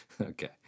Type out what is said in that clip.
Okay